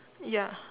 ya